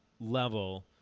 level